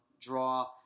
draw